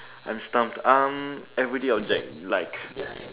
I'm stumped um everyday object like